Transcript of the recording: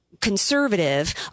conservative